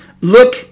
look